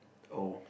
oh